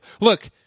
Look